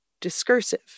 discursive